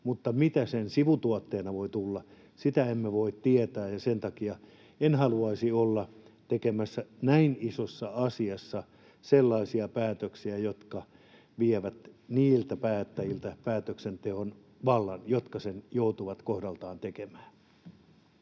Mutta mitä sen sivutuotteena voi tulla, sitä emme voi tietää. Ja sen takia en haluaisi olla tekemässä näin isossa asiassa sellaisia päätöksiä, jotka vievät päätöksenteon vallan niiltä päättäjiltä, jotka sen joutuvat kohdaltaan tekemään.